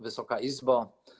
Wysoka Izbo!